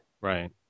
Right